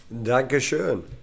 Dankeschön